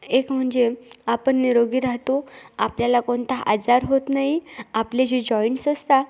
एक म्हणजे आपण निरोगी राहतो आपल्याला कोणता आजार होत नाही आपले जे जॉईंट्स असतात